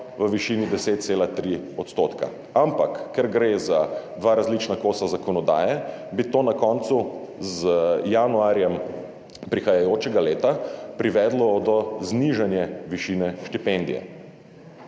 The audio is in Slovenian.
v višini 10,3 %. Ampak ker gre za dva različna kosa zakonodaje, bi to na koncu z januarjem prihajajočega leta privedlo do znižanja višine štipendije.